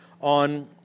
on